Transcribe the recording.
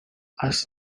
ask